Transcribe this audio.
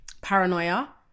paranoia